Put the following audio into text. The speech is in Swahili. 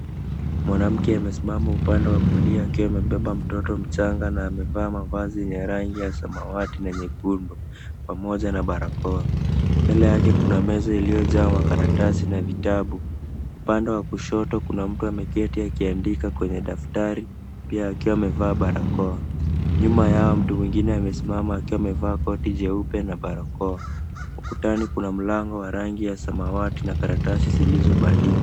Mwanamke amesimama upande wa kulia akiwa amebeba mtoto mchanga na amevaa mavazi yenye rangi ya samawati na nyekundu pamoja na barakoa, mbele yake kuna meza iliyojaa makaratasi na vitabu. Upande wa kushoto kuna mtu ameketi aki andika kwenye daftari poa akiwa amevaa barakoa. Nyuma yao mtu mwingine amesimama akiwa amevaa koti jeupe na barakoa. Ukutani kuna mlango wa rangi ya samawati na karatasi zilizobandikwa.